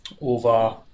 Over